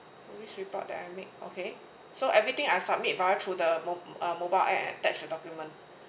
police report that I made okay so everything I submit via through the mo~ uh mobile app and attach the document